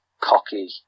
cocky